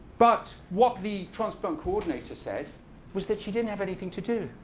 but what the transplant coordinator said was that she didn't have anything to do.